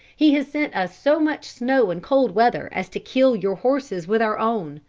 he has sent us so much snow and cold weather as to kill your horses with our own.